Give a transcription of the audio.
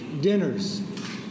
Dinners